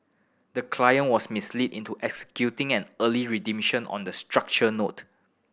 the client was misled into executing an early redemption on the structured note